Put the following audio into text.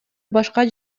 башка